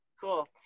Cool